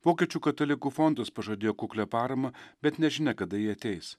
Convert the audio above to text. vokiečių katalikų fondas pažadėjo kuklią paramą bet nežinia kada ji ateis